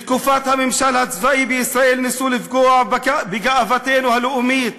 בתקופת הממשל הצבאי בישראל ניסו לפגוע בגאוותנו הלאומית.